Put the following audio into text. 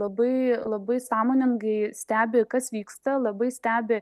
labai labai sąmoningai stebi kas vyksta labai stebi